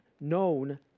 known